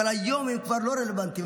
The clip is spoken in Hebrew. אבל היום הם כבר לא רלוונטיים,